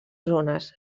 zones